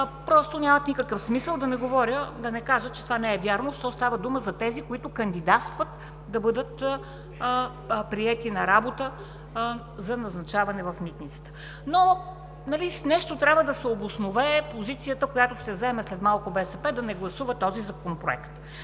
нямат никакъв смисъл, да не кажа, че това не е вярно, защото става дума за тези, които кандидатстват да бъдат приети на работа за назначаване в Митницата, но с нещо трябва да се обоснове позицията, която ще заеме след малко БСП, да не гласува Законопроекта.